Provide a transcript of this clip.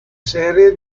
serie